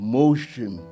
motion